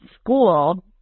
school